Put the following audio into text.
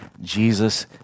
Jesus